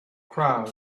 crowd